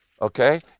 okay